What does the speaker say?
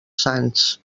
sants